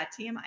tmi